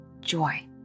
joy